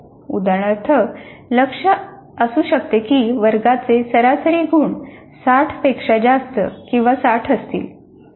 उदाहरणार्थ लक्ष्य असू शकते की वर्गाचे सरासरी गुण 60 पेक्षा जास्त किंवा 60 असतील